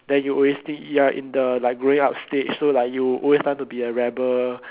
then you always think you are in the like growing up stage so like you always want to be a rebel